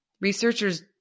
Researchers